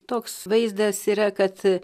toks vaizdas yra kad